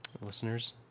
listeners